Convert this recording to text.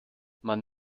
man